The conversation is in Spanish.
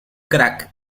crack